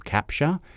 Capture